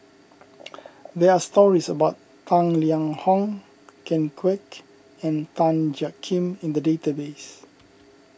there are stories about Tang Liang Hong Ken Kwek and Tan Jiak Kim in the database